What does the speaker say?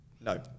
No